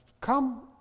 come